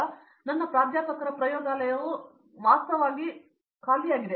ಆದ್ದರಿಂದ ನನ್ನ ಪ್ರಾಧ್ಯಾಪಕರ ಪ್ರಯೋಗಾಲಯವು ಅವನು ವಾಸ್ತವವಾಗಿ ಖಾಲಿಯಾಗಿದೆ